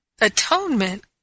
atonement